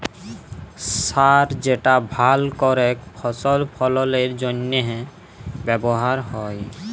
সার যেটা ভাল করেক ফসল ফললের জনহে ব্যবহার হ্যয়